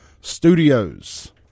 Studios